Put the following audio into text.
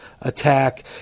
attack